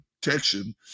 protection